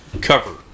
cover